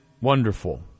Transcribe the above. wonderful